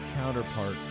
Counterparts